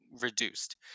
reduced